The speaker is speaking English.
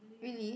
really